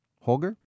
Holger